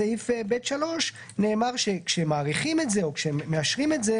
בסעיף (ב)(3) נאמר שכשמאריכים או מאשרים את זה